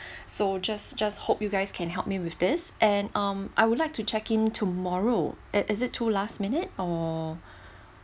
so just just hope you guys can help me with this and um I would like to check in tomorrow is it too last minute or